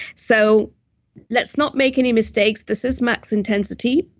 so let's not make any mistakes. this is max intensity,